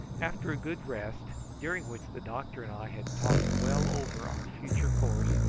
after a good rest, during which the doctor and i had talked well over our future course,